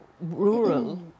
rural